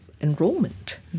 Enrollment